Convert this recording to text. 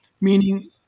Meaning